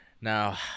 Now